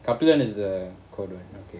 Kabilan is the code [one] okay